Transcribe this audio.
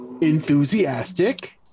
enthusiastic